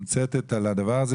ומתומצתת על הדבר הזה?